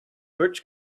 birch